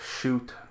shoot